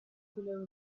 below